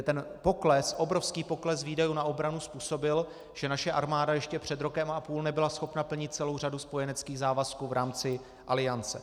Ten pokles, obrovský pokles výdajů na obranu způsobil, že naše armáda ještě před rokem a půl nebyla schopna plnit celou řadu spojeneckých závazků v rámci Aliance.